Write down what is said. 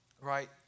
right